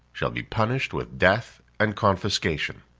shall be punished with death and confiscation.